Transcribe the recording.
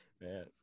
man